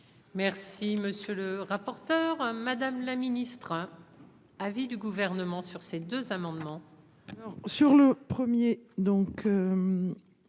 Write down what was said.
Merci, monsieur le rapporteur, madame la ministre, un avis du gouvernement sur ces deux amendements.